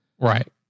Right